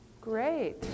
Great